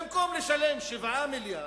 במקום לשלם 7 מיליארדים,